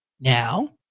now